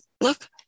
look